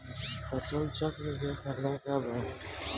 फसल चक्रण के फायदा का बा?